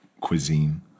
cuisine